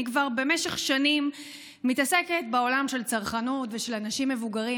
אני כבר במשך שנים מתעסקת בעולם של הצרכנות ושל אנשים מבוגרים,